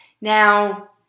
Now